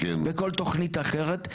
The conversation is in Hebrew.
בכל תוכנית אחרת,